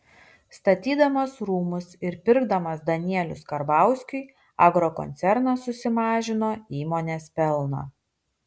statydamas rūmus ir pirkdamas danielius karbauskiui agrokoncernas susimažino įmonės pelną